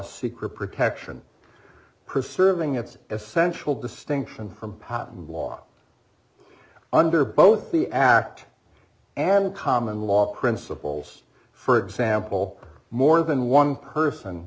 secret protection preserving its essential distinction from patent law under both the act and the common law principles for example more than one person